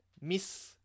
Miss